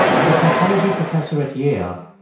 as a psychology professor at yale,